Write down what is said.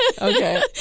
Okay